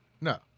No